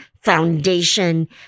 foundation